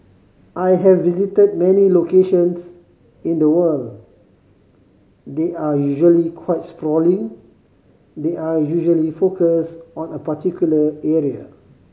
I have visited many locations in the world they're usually quite sprawling they're usually focused on a particular area